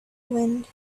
wind